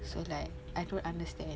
so like I don't understand